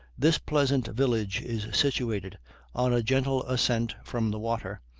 this pleasant village is situated on a gentle ascent from the water,